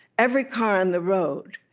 every car on the road.